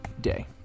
day